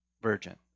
virgin